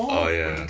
oh ya ya ya ya